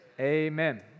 Amen